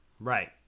Right